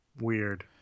weird